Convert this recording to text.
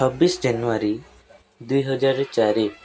ଛବିଶ ଜାନୁଆରୀ ଦୁଇ ହଜାର ଚାରି